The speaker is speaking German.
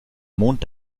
mond